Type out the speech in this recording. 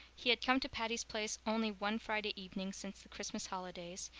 he had come to patty's place only one friday evening since the christmas holidays,